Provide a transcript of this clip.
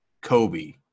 Kobe